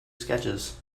sketches